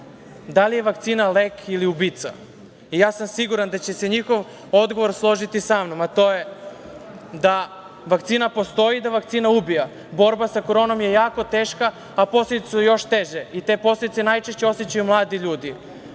da li je vakcina lek ili ubica. Siguran sam da će se njihov odgovor složiti sa mnom, a to je da vakcina postoji i da vakcina ubija. Borba sa koronom je jako teška, a posledice su još teže, a te posledice najčešće osećaju mladi ljudi